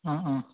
ആ ആ